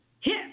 hit